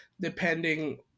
depending